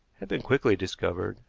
had been quickly discovered,